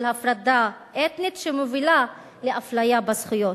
הפרדה אתנית שמובילה לאפליה בזכויות.